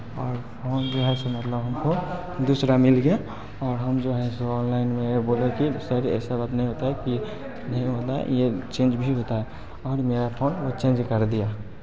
और फ़ोन जो है सो मतलब हमको दूसरा मिल गया और हम जो है ऑनलाइन में ये बोले कि सर ऐसा बात नहीं होता है कि नहीं होगा ये चेंज भी होता है और मेरा फ़ोन ये चेंज कर दिया